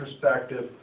perspective